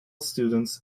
students